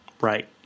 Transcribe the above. right